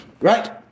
Right